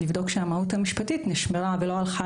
בודקים שהמהות המשפטית נשמרה ולא הלכה